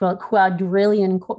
quadrillion